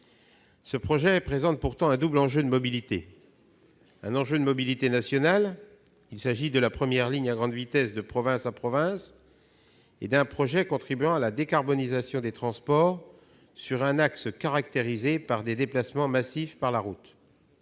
Ce projet présente pourtant un double enjeu de mobilité. D'abord, un enjeu de mobilité nationale : il s'agit de la première ligne à grande vitesse de province à province et d'un projet contribuant à la décarbonisation des transports sur un axe caractérisé par des déplacements massifs par la route.